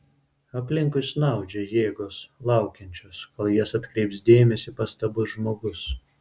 aplinkui snaudžia jėgos laukiančios kol į jas atkreips dėmesį pastabus žmogus